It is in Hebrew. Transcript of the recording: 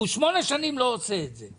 ובמשך שמונה שנים הוא לא עושה את זה.